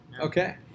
Okay